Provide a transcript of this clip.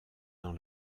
dans